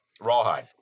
Rawhide